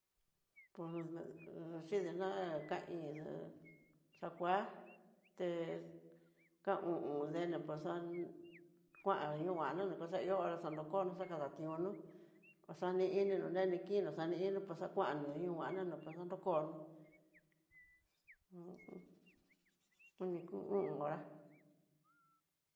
Pus xhidena kain xakuan te'e ka o'on, dene poxon kuan, yunguana naxanaihó naxanrokono, xakadationo oxani ininó renikininó oxani ininró paxakuani nrunguana no kuaxanu kono hu un uni ku hora.